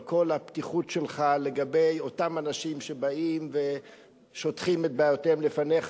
על כל הפתיחות שלך לגבי אותם אנשים שבאים ושוטחים את בעיותיהם לפניך,